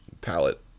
palette